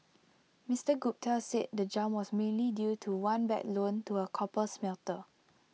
Mister Gupta said the jump was mainly due to one bad loan to A copper smelter